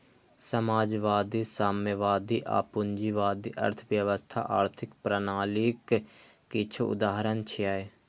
समाजवादी, साम्यवादी आ पूंजीवादी अर्थव्यवस्था आर्थिक प्रणालीक किछु उदाहरण छियै